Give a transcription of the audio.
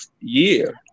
year